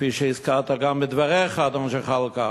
כפי שהזכרת גם בדבריך, אדון זחאלקה,